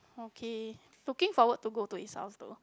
okay looking forward to go to his house though